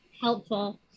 helpful